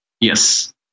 Yes